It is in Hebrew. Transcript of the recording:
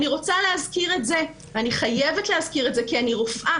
אני רוצה להזכיר את זה ואני חייבת להזכיר את זה כי אני רופאה.